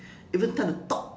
even time to talk